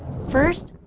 first,